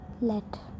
let